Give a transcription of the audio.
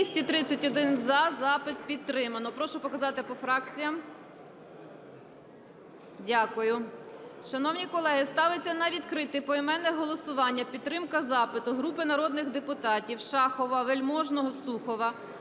За-231 Запит підтримано. Прошу показати по фракціям. Дякую. Шановні колеги, ставиться на відкрите поіменне голосування підтримка запиту групи народних депутатів (Шахова, Вельможного, Сухова)